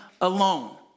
alone